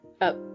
up